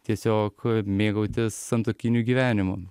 tiesiog mėgautis santuokiniu gyvenimu